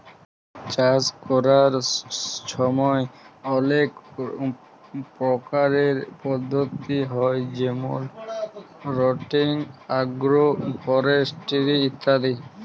চাষ ক্যরার ছময় অলেক পরকারের পদ্ধতি হ্যয় যেমল রটেটিং, আগ্রো ফরেস্টিরি ইত্যাদি